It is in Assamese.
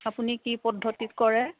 আপুনি কি পদ্ধতিত কৰে